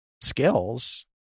skills